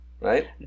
Right